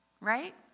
right